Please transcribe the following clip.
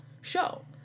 show